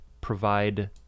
provide